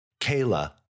Kayla